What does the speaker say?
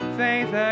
faith